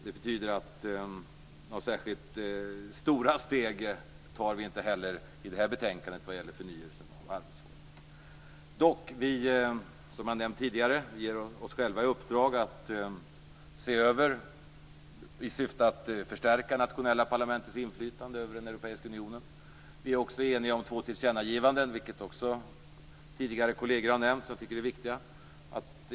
Det betyder att vi inte heller i det här betänkandet tar särskilt stora steg vad gäller förnyelse och arbetsformer. Dock, som jag har nämnt tidigare, ger vi oss själva i uppdrag att göra en översyn i syfte att förstärka det nationella parlamentets inflytande över Europeiska unionen. Vi är också eniga om två tillkännagivanden som jag tycker är viktiga och som också tidigare kolleger har nämnt.